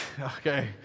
Okay